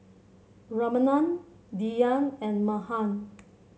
Ramanand Dhyan and Mahan